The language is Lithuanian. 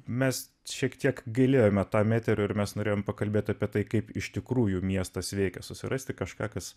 mes šiek tiek gailėjome tuomet ir mes norėjome pakalbėti apie tai kaip iš tikrųjų miestas veikia susirasti kažką kas